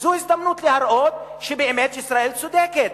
זאת הזדמנות להראות שבאמת ישראל צודקת,